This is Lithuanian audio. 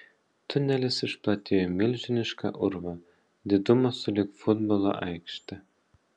tunelis išplatėjo į milžinišką urvą didumo sulig futbolo aikšte